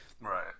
right